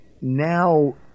now